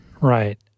Right